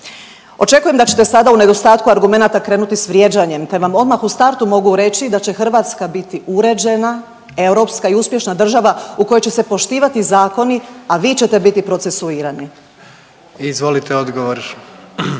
Očekujem da ćete sada u nedostatku argumenata krenuti sa vrijeđanjem, te vam odmah u startu mogu reći da će Hrvatska biti uređena europska i uspješna država u kojoj će se poštivati zakoni, a vi ćete biti procesuirani. **Jandroković,